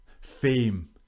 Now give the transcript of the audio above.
fame